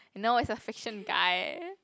no it's a fiction guy